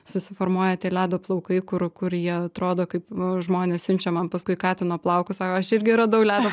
susiformuoja tie ledo plaukai kur kur jie atrodo kaip žmonės siunčia man paskui katino plaukus sako aš irgi radau ledo